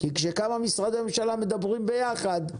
כאשר כמה משרדי ממשלה מדברים ביחד,